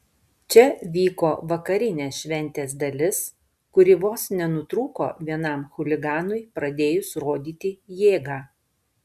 čia vyko vakarinė šventės dalis kuri vos nenutrūko vienam chuliganui pradėjus rodyti jėgą